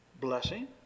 Blessing